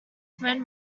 phone